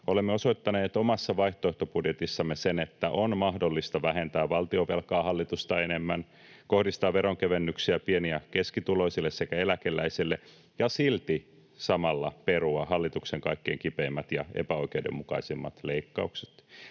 Olemme osoittaneet omassa vaihtoehtobudjetissamme sen, että on mahdollista vähentää valtionvelkaa hallitusta enemmän, kohdistaa veronkevennyksiä pieni- ja keskituloisille sekä eläkeläiselle ja silti samalla perua hallituksen kaikkein kipeimmät ja epäoikeudenmukaisimmat leikkaukset.